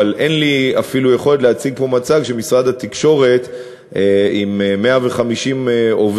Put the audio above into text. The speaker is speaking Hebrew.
אבל אין לי אפילו יכולת להציג פה מצג שמשרד התקשורת עם 150 עובדיו